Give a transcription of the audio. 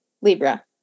Libra